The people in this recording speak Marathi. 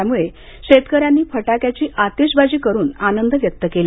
त्यामुळे शेतकऱ्यांनी फटाक्याची आतिषबाजी करून आनंद व्यक्त केला